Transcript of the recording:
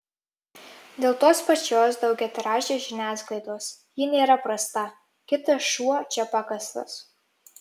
dėl tos pačios daugiatiražės žiniasklaidos ji nėra prasta kitas šuo čia pakastas